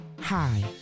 Hi